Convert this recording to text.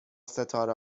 ستاره